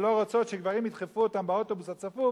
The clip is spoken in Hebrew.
שלא רוצות שגברים ידחפו אותן באוטובוס הצפוף,